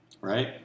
Right